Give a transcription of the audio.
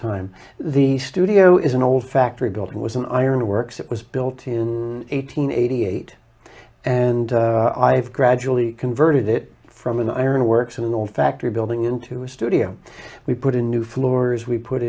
time the studio is an old factory built it was an iron works it was built in eight hundred eighty eight and i've gradually converted it from an iron works in an old factory building into a studio we put in new floors we put